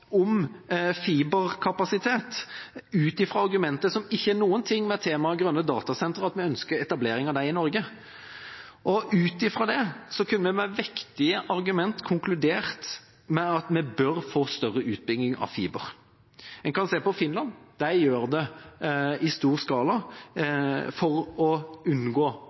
om fiberkapasitet, ut fra argumenter som ikke har noe å gjøre med grønne datasentre, det at vi ønsker etablering av disse i Norge. Ut fra det kunne vi med vektige argument konkludert med at vi bør få større utbygging av fiber. Man kan se på Finland, de gjør det i stor skala for å